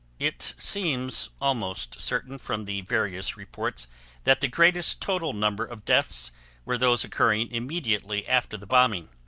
it seems almost certain from the various reports that the greatest total number of deaths were those occurring immediately after the bombing.